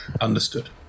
Understood